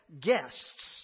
guests